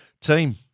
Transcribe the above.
team